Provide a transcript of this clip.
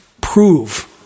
prove